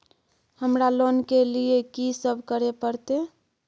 हमरा लोन के लिए की सब करे परतै?